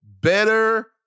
better